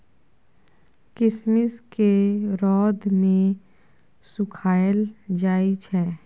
किशमिश केँ रौद मे सुखाएल जाई छै